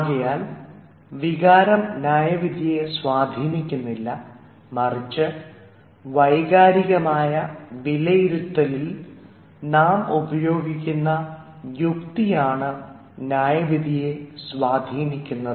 ആകയാൽ വികാരം ന്യായവിധിയെ സ്വാധീനിക്കുന്നില്ല മറിച്ച് വൈകാരികമായ വിലയിരുത്തലിൽ നാം ഉപയോഗിക്കുന്ന യുക്തിയാണ് ന്യായവിധിയെ സ്വാധീനിക്കുന്നത്